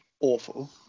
awful